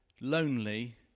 lonely